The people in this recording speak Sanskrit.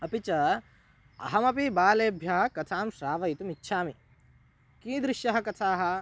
अपि च अहमपि बालेभ्यः कथां श्रावयितुम् इच्छामि कीदृश्यः कथाः